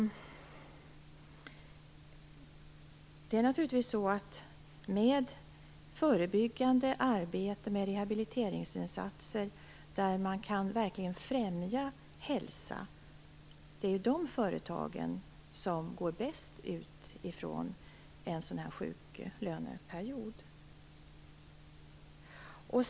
De företag som satsar på förebyggande arbete, på rehabiliteringsinsatser som är hälsofrämjande, är också de som klarar av en sjuklöneperiod bäst.